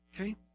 okay